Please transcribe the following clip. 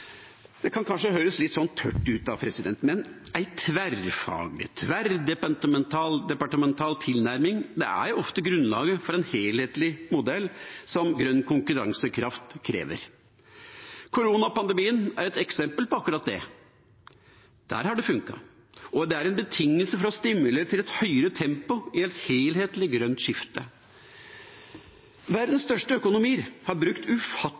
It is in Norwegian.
Det kan kanskje høres litt tørt ut, men en tverrfaglig, en tverrdepartemental tilnærming er ofte grunnlaget for en helhetlig modell som grønn konkurransekraft krever. Koronapandemien er et eksempel på akkurat det. Der har det funka, og det er en betingelse for å stimulere til et høyere tempo i et helhetlig grønt skifte. Verdens største økonomier har brukt